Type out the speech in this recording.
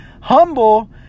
humble